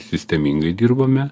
sistemingai dirbame